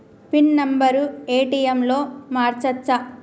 Pin number ATM లో మార్చచ్చా?